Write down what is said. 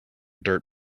dirt